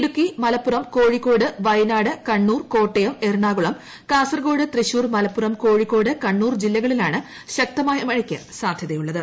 ഇടുക്കി മലപ്പുറം കോഴിക്കോട് വയനാട് കണ്ണൂർകോട്ടയം എറണാകുളം കാസർഗോഡ് തൃശ്ശൂർ മലപ്പുറം കോഴിക്കോട് കണ്ണൂർ ജില്ലകളിലാണ് ശക്തമായ മഴക്ക് സാധൃതയുള്ളത്